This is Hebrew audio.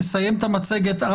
נסיים את המצגת.